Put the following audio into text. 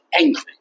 angry